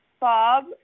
Bob